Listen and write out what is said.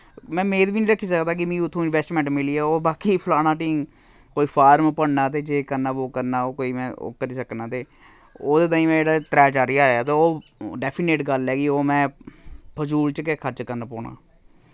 मैं मेद बी नि रक्खी सकदा कि मि उत्थोआं इन्वैस्टमैंट मिली जा ओह् बाकी फलाना ढींग कोई फार्म भरना ते जे करना वो करना ओह् कोई मैं ओह् करी सकना ते ओह्दे ताईं मैं जेह्ड़ा त्रै चार ज्हार ऐ ते ओह् डैफिनेट गल्ल ऐ कि ओ मैं फजूल च गै खर्च करन पौना